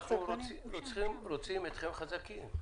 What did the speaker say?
אנחנו רוצים אתכם חזקים.